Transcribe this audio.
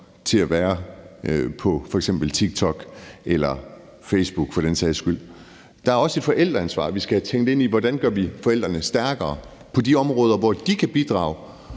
til at være på f.eks. TikTok eller Facebook for den sags skyld. Der er også et forældreansvar. Vi skal have tænkt ind i det, hvordan vi gør forældrene stærkere på de områder, hvor de kan bidrage,